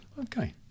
Okay